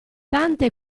tante